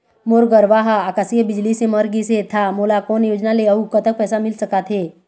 मोर गरवा हा आकसीय बिजली ले मर गिस हे था मोला कोन योजना ले अऊ कतक पैसा मिल सका थे?